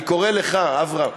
אני קורא לך אברהם,